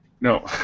No